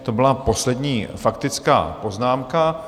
To byla poslední faktická poznámka.